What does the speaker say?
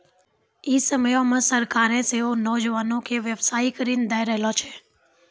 इ समयो मे सरकारें सेहो नौजवानो के व्यवसायिक ऋण दै रहलो छै